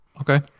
okay